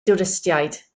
dwristiaid